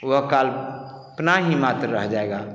वो काल पना ही मात्र रह जाएगा